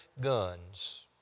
guns